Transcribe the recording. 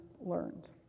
learned